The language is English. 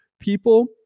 people